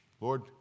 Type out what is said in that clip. Lord